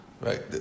right